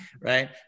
right